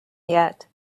yet